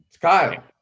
Kyle